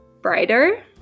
brighter